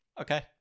Okay